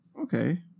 Okay